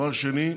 דבר שני,